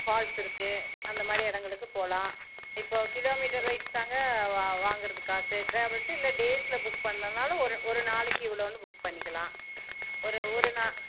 falls இருக்குது அந்த மாதிரி இடங்களுக்கு போகலாம் இப்போது கிலோ மீட்டர் வைஸ் தாங்க வ வாங்கிறது காசு ட்ராவல்ஸு இல்லை டேஸில் புக் பண்ணனாலும் ஒரு ஒரு நாளைக்கு இவ்வளோனு புக் பண்ணிக்கலாம் ஒரு ஒரு நா